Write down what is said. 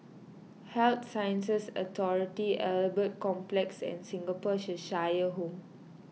Health Sciences Authority Albert Complex and Singapore Cheshire Home